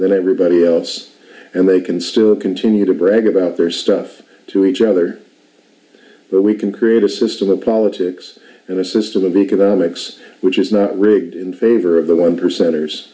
than everybody else and they can still continue to brag about their stuff to each other but we can create a system of politics and a system of economics which is not rigged in favor of the one percent